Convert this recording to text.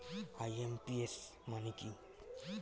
IMPS মানে কি?